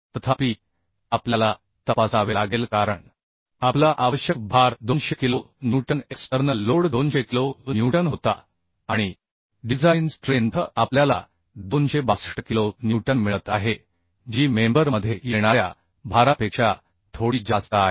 तथापि आपल्याला तपासावे लागेल कारण आपला आवश्यक भार 200 kilo newton external load 200 kilo newton होता आणि डिझाइन स्ट्रेंथ आपल्याला 262 किलो न्यूटन मिळत आहे जी मेंबर मध्ये येणाऱ्या भारापेक्षा थोडी जास्त आहे